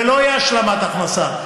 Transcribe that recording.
ולא תהיה השלמת הכנסה.